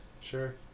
sure